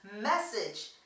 message